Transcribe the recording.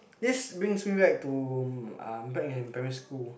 this brings me back to um back in primary school